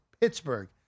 Pittsburgh